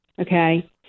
Okay